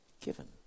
given